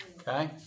Okay